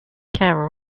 care